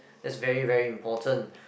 that's very very important